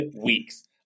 weeks